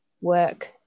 work